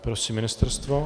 Prosím ministerstvo.